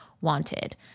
wanted